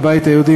הבית היהודי,